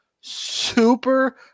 super